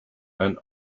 and